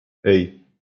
hey